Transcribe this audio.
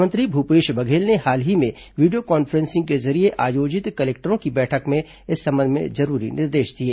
मुख्यमंत्री भूपेश बघेल ने हाल ही में वीडियो कॉन्फ्रे सिंग के जरिये आयोजित कलेक्टरों की बैठक में इस संबंध में जरूरी निर्देश दिए